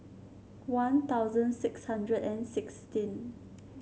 One Thousand six hundred and sixteen